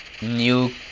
new